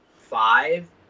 five